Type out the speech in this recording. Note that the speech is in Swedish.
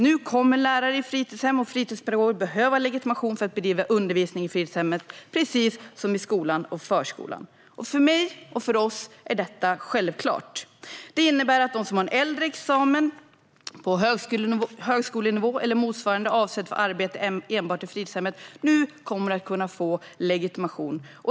Nu kommer lärare på fritidshem och fritidspedagoger att behöva legitimation för att bedriva undervisning på fritidshem, precis som i skolan och förskolan. För mig och för oss är detta självklart. Detta innebär att de som har en äldre examen på högskolenivå eller motsvarande avsedd för arbete enbart på fritidshem nu kommer att kunna få legitimation.